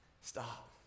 stop